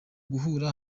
guhura